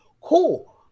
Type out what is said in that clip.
Cool